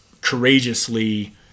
courageously